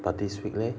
but this week leh